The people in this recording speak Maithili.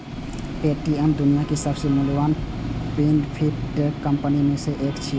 पे.टी.एम दुनियाक सबसं मूल्यवान फिनटेक कंपनी मे सं एक छियै